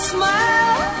smile